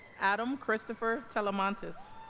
adam christopher talamantes